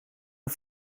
een